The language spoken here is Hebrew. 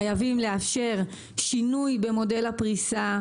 חייבים לאפשר שינוי במודל הפריסה,